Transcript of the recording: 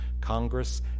Congress